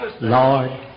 Lord